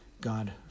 God